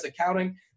accounting